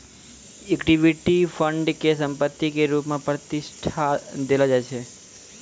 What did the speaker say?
equity fund के संपत्ति के रुप मे प्रतिष्ठा देलो जाय छै